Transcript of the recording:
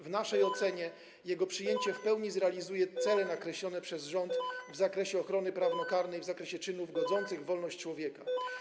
W naszej ocenie jego przyjęcie w pełni zrealizuje cele nakreślone przez rząd w zakresie ochrony prawnokarnej, jeżeli chodzi o czyny godzące w wolność człowieka.